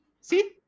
See